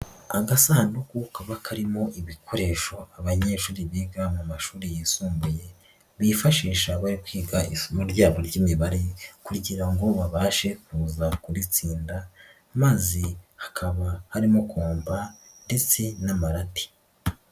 Agasanduku kaba karimo ibikoresho abanyeshuri biga mu mashuri yisumbuye, bifashisha bari kwiga isomo ryabo ry'imibare kugira ngo babashe kuza kuritsinda, maze hakaba harimo kompa ndetse n'amarati.